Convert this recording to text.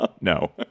No